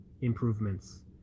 improvements